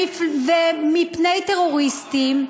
ומפני טרוריסטים,